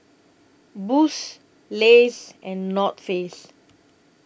Boost Lays and North Face